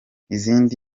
izindi